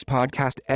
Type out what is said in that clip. Podcast